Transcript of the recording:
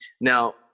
now